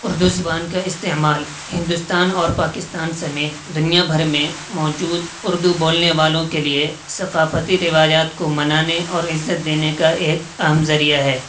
اردو زبان کا استعمال ہندوستان اور پاکستان سمیت دنیا بھر میں موجود اردو بولنے والوں کے لیے ثقافتی روایات کو منانے اور عزت دینے کا ایک اہم ذریعہ ہے